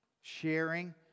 sharing